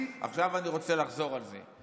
עכשיו, אני רוצה לחזור על זה.